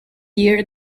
year